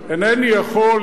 אינני יכול,